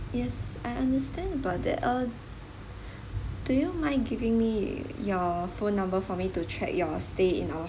yes I understand about that uh do you mind giving me your phone number for me to check your stay in our